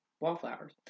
Wallflowers